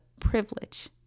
privilege